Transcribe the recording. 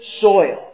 soil